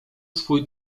swój